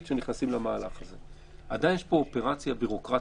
וזה היתרון הכפול של דרכון ירוק,